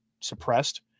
suppressed